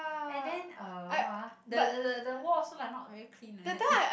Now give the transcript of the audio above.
and then uh what ah the the the the wall also like not very clean like that